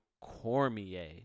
Cormier